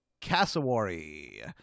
cassowary